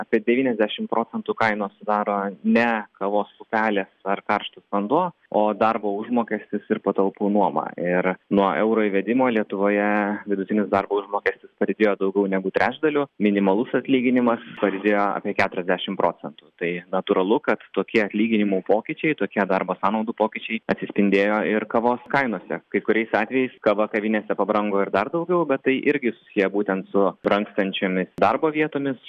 apie devyniasdešim procentų kainos sudaro ne kavos pupelė ar karštas vanduo o darbo užmokestis ir patalpų nuoma ir nuo euro įvedimo lietuvoje vidutinis darbo užmokestis padidėjo daugiau negu trečdaliu minimalus atlyginimas padidėjo apie keturiasdešim procentų tai natūralu kad tokie atlyginimų pokyčiai tokie darbo sąnaudų pokyčiai atsispindėjo ir kavos kainose kai kuriais atvejais kava kavinėse pabrango ir dar daugiau bet tai irgi susiję būtent su brangstančiomis darbo vietomis